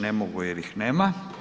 Ne mogu jer ih nema.